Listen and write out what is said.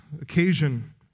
occasion